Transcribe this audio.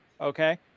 okay